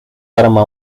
arma